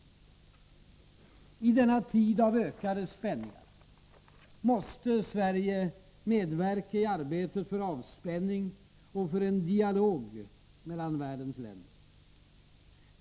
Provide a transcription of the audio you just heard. I denna tid av ökade spänningar måste Sverige medverka i arbetet för avspänning och för en dialog mellan världens länder.